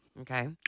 Okay